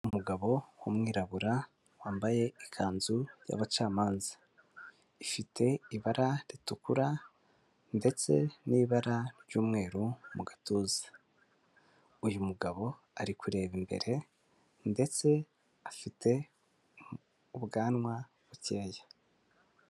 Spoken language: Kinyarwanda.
Umugabo w'umwirabura wambaye ikanzu y'abacamanza. Ifite ibara ritukura ndetse n'ibara ry'umweru mu gatuza. Uyu mugabo ari kureba imbere ndetse afite ubwanwa bukeya.